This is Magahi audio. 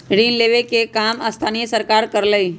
ऋण लेवे के काम स्थानीय सरकार करअलई